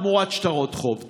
תמורת שטרות חוב.